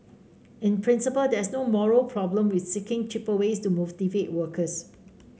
in principle there is no moral problem with seeking cheaper ways to motivate workers